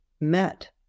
met